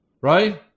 Right